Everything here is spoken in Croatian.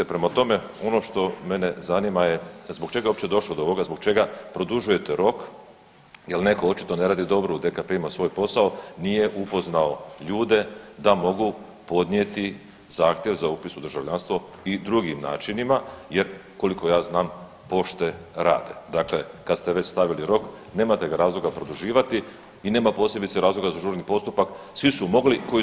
Prema tome, ono što mene zanima je zbog čega je uopće došlo do ovoga, zbog čega produžujete rok, jel neko očito ne radi dobro u DKP-ima svoj posao, nije upoznao ljude da mogu podnijeti zahtjev za upis u državljanstvo i drugim načinima jer koliko ja znam pošte rade, dakle kad ste već stavili rok nemate ga razloga produživati i nema posebice razloga za žurni postupak, svi su mogli koji su htjeli.